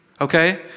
Okay